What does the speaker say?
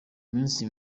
minsi